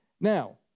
Now